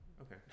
Okay